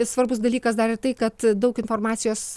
ir svarbus dalykas dar ir tai kad daug informacijos